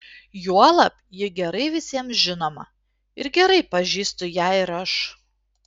juolab ji gerai visiems žinoma ir gerai pažįstu ją ir aš